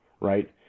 right